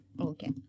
Okay